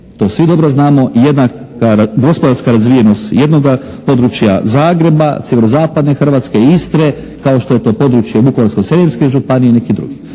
to svi dobro znamo, jednaka gospodarska razvijenost jednoga područja Zagreba, sjeverozapadne Hrvatske, Istre, kao što je to područje Vukovarsko-srijemske županije i neki drugi.